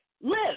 Live